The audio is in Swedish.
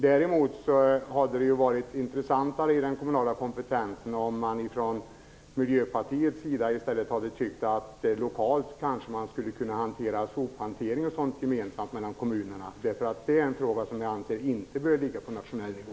Däremot hade det varit intressant i fråga om den kommunala kompetensen om Miljöpartiet hade ansett att sophanteringen osv. skall hanteras gemensamt mellan kommunerna. Det är en fråga som jag anser inte bör ligga på nationell nivå.